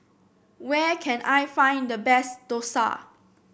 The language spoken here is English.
where can I find the best dosa